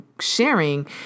sharing